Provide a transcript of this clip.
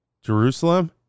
Jerusalem